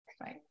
right